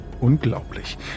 unglaublich